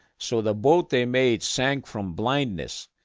so the boat they made sank from blindness,